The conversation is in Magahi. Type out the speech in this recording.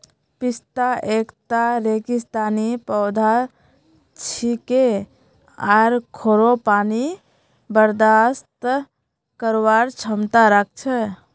पिस्ता एकता रेगिस्तानी पौधा छिके आर खोरो पानी बर्दाश्त करवार क्षमता राख छे